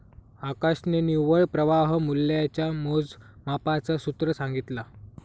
आकाशने निव्वळ प्रवाह मूल्याच्या मोजमापाच सूत्र सांगितला